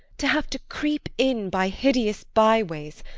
to have to creep in by hideous byways,